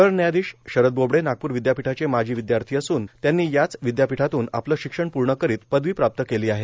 सरब्यायाधीश शरद बोबडे वागपूर विद्यापीवचे माजी विद्यार्थी असून त्यांनी याच विद्यापीठातून आपलं शिक्षण पूर्ण करीत पदवी प्राप्त केली आहे